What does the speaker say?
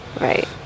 Right